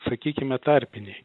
sakykime tarpiniai